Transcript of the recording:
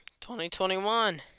2021